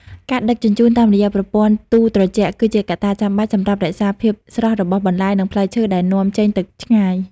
ការដឹកជញ្ជូនតាមរយៈប្រព័ន្ធទូត្រជាក់ គឺជាកត្តាចាំបាច់សម្រាប់រក្សាភាពស្រស់របស់បន្លែ និងផ្លែឈើដែលនាំចេញទៅឆ្ងាយ។